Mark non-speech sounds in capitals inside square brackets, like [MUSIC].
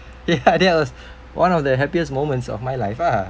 [LAUGHS] ya that was one of the happiest moments of my life ah